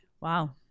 Wow